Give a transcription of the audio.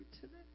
today